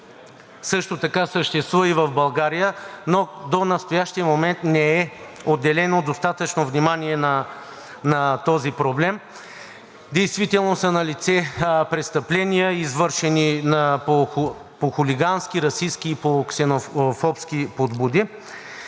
също така съществува и в България, но до настоящия момент не му е отделено достатъчно внимание. Действително са налице престъпления, извършени по хулигански, расистки и по ксенофобски подбуди,